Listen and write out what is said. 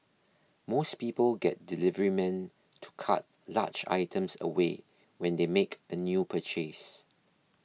most people get deliverymen to cart large items away when they make a new purchase